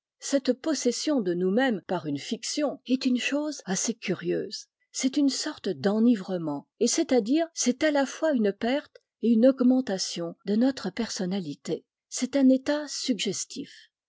cette possession de nous-mêmes par une fiction est une chose assez curieuse c'est une sorte d'enivrement et c'est-à-dire c'est à la fois une perte et une augmentation de notre personnalité c'est un état suggestif